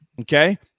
Okay